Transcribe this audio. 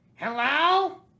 Hello